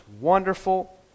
wonderful